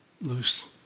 loose